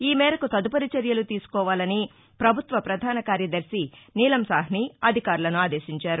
ఈ మేరకు తదుపరి చర్యలు తీసుకోవాలని పభుత్వ ప్రధాన కార్యదర్శి నీలం సాహ్ని అధికారులను ఆదేశించారు